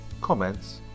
comments